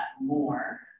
more